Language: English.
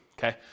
Okay